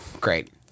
Great